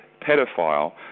pedophile